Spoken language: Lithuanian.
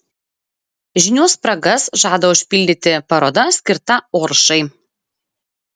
žinių spragas žada užpildyti paroda skirta oršai